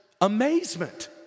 amazement